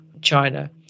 China